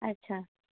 अच्छा